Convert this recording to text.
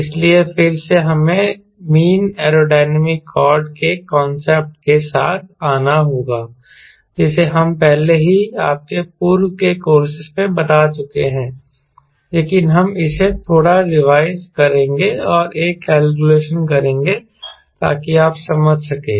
इसलिए फिर से हमें मीन एयरोडायनेमिक कॉर्ड के कांसेप्ट के साथ आना होगा जिसे हम पहले ही आपके पूर्व के कोर्सेस में बता चुके हैं लेकिन हम इसे थोड़ा रिवाइज करेंगे और एक कैलकुलेशन करेंगे ताकि आप समझ सकें